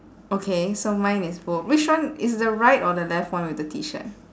okay so mine is both which one is the right or the left one with the T shirt